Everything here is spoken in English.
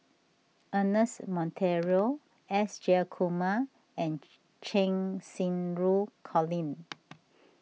Ernest Monteiro S Jayakumar and Cheng Xinru Colin